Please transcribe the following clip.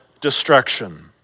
destruction